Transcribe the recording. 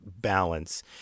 balance